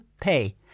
pay